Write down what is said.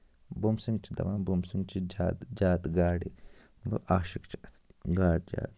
بُمسِنگ چھِ دَپان بُمبسِنۍ چھِ زیادٕ زیادٕ گاڈِ مطلب عاشق چھِ اَتھ گاڈٕ زیادٕ